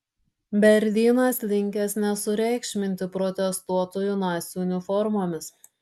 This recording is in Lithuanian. berlynas linkęs nesureikšminti protestuotojų nacių uniformomis